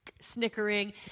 snickering